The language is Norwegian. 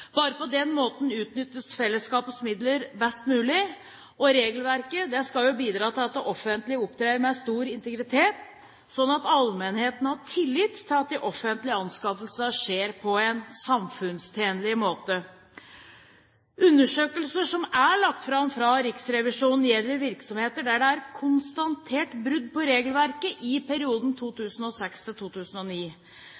Bare på den måten utnyttes fellesskapets midler best mulig. Regelverket skal jo bidra til at det offentlige opptrer med stor integritet, slik at allmennheten har tillit til at de offentlige anskaffelsene skjer på en samfunnstjenlig måte. Undersøkelsen som er lagt fram av Riksrevisjonen, gjelder virksomheter der det er konstatert brudd på regelverket i perioden